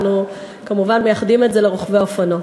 אנחנו כמובן מייחדים את זה לרוכבי אופנוע.